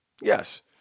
yes